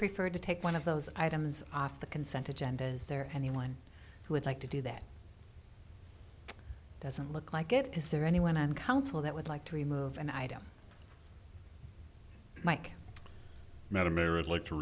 prefer to take one of those items off the consent agenda is there anyone who would like to do that doesn't look like it is there anyone on council that would like to remove an item mike m